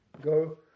Go